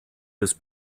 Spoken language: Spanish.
los